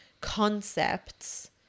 concepts